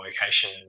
location